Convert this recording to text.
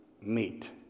meet